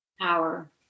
power